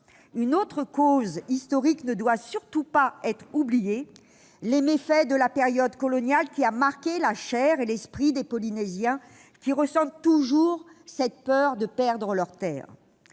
Une autre cause historique ne doit surtout pas être oubliée : les méfaits de la période coloniale, qui a marqué la chair et l'esprit des Polynésiens, toujours habités par la peur de perdre leurs terres.